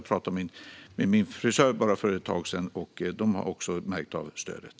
Jag pratade nyligen med min frisör, som också har märkt av stödet.